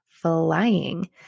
flying